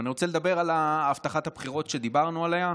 ואני רוצה לדבר על הבטחת הבחירות שדיברנו עליה,